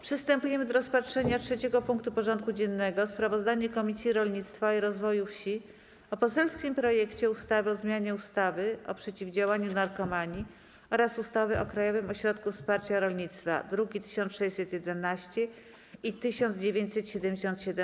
Przystępujemy do rozpatrzenia punktu 3. porządku dziennego: Sprawozdanie Komisji Rolnictwa i Rozwoju Wsi o poselskim projekcie ustawy o zmianie ustawy o przeciwdziałaniu narkomanii oraz ustawy o Krajowym Ośrodku Wsparcia Rolnictwa (druki nr 1611 i 1977)